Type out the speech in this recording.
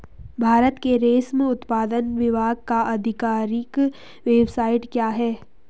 भारत के रेशम उत्पादन विभाग का आधिकारिक वेबसाइट क्या है?